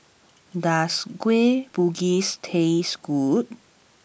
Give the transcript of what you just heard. does Kueh Bugis taste good